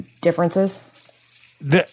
differences